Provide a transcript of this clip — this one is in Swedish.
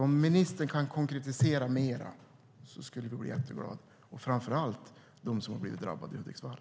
Om ministern kan konkretisera mer skulle vi bli jätteglada - framför allt de som har drabbats i Hudiksvall.